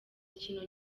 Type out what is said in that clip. ikintu